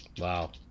Wow